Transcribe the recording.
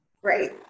Great